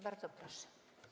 Bardzo proszę.